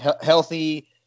healthy